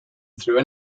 though